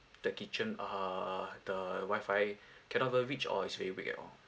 the kitchen err the WI-FI cannot ever reach or is very weak at all